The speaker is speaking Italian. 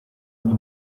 una